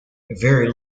very